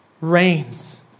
reigns